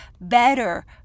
better